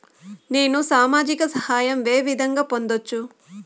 నేను సామాజిక సహాయం వే విధంగా పొందొచ్చు?